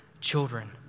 children